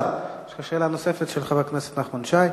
שאלה נוספת, של חבר הכנסת נחמן שי.